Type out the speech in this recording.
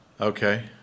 Okay